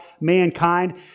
mankind